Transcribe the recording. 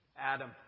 Adam